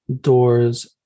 doors